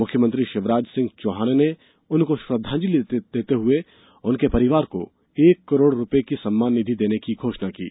मुख्यमंत्री शिवराज सिंह चौहान ने उनको श्रद्धांजलि देते हुए उनके परिवार को एक करोड़ रूपये की सम्मान निधि देने की घोषणा की है